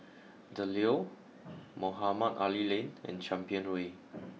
the Leo Mohamed Ali Lane and Champion Way